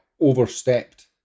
overstepped